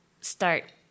start